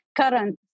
current